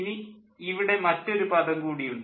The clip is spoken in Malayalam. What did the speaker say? ഇനി ഇവിടെ മറ്റൊരു പദം കൂടി ഉണ്ട്